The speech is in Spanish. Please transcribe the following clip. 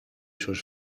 sus